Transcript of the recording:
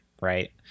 right